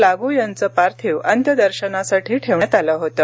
लागू यांचं पार्थिव अंत्यदर्शनासाठी ठेवण्यात आलं होतं